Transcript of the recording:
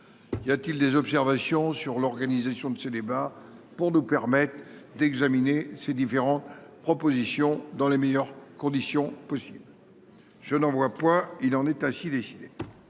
Y a-t-il des observations sur l'organisation de ce débat pour nous permettent d'examiner ces différentes propositions dans les meilleures conditions possibles. Je n'en vois point il en est les. L'ordre